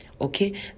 Okay